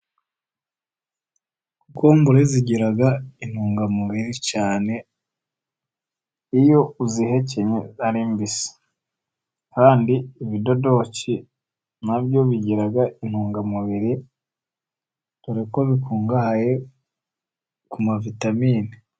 Kokombure zigira intungamubiri cyane iyo uzihekenye ari mbisi, kandi ibidodoki nabyo bigira intungamubiri dore ko bikungahaye ku ma vitamine.